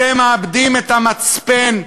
אתם מאבדים את המצפן,